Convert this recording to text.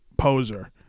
Poser